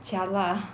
jialat ah